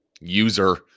user